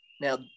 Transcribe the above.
Now